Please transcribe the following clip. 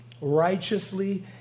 righteously